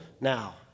now